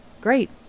Great